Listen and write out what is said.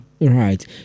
Right